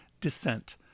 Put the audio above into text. descent